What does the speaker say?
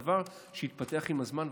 זה דבר שהתפתח עם הזמן,